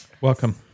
Welcome